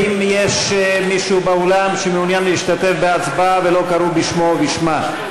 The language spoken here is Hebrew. האם יש מישהו באולם שמעוניין להשתתף בהצבעה ולא קראו בשמו או בשמה?